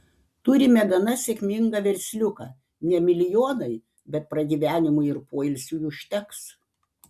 turime gana sėkmingą versliuką ne milijonai bet pragyvenimui ir poilsiui užteks